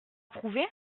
prouvé